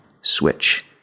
Switch